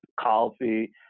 coffee